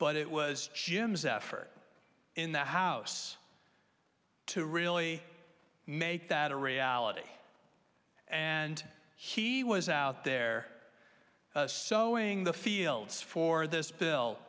but it was jim's effort in the house to really make that a reality and he was out there so in the fields for this bill